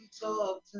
talk